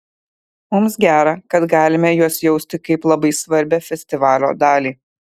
mums gera kad galime juos jausti kaip labai svarbią festivalio dalį